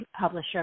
publisher